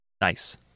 Nice